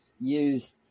use